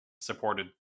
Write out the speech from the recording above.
supported